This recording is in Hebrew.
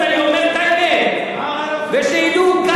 אני לא מאור פנים, אני אומר את האמת.